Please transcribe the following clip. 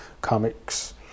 comics